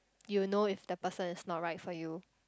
you will know if the person is not right for you